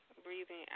Breathing